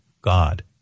god